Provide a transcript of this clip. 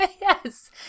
Yes